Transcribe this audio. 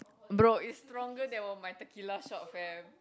bro it's stronger than my tequila shot fam